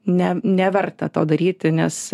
ne neverta to daryti nes